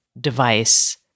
device